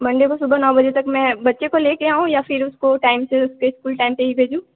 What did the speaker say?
Monday को सुबह नौ बजे तक मैं बच्चे को लेकर आऊँ या फिर उसको टाइम से उसके स्कूल टाइम पर ही भेजूँ